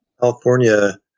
California